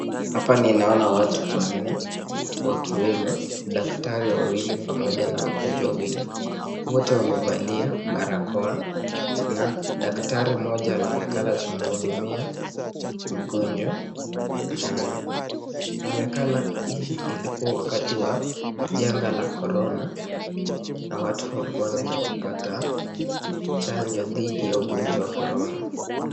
Hapa ninaona watu wanne wakiwemo, daktari wawili pamoja na wagonjwa wawili wote wamevalia barakoa na daktari mmoja anaonekana kumhudumia mgonjwa mama. Inaonekana hii ilikuwa wakati wa janga la corona na watu walikuwa wanaenda kupata chanjo dhidi ya ugonjwa wa corona.